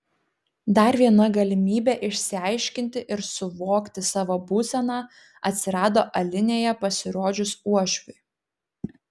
dar viena galimybė išsiaiškinti ir suvokti savo būseną atsirado alinėje pasirodžius uošviui